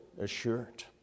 assured